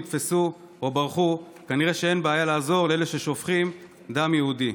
נתפסו או ברחו כנראה אין בעיה לעזור לאלה ששופכים דם יהודי,